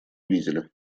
видали